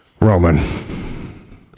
Roman